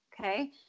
Okay